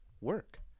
work